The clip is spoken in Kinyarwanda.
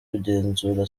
kugenzura